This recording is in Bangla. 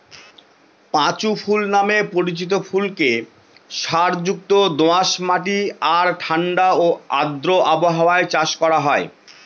পাঁচু ফুল নামে পরিচিত ফুলকে সারযুক্ত দোআঁশ মাটি আর ঠাণ্ডা ও আর্দ্র আবহাওয়ায় চাষ করা হয়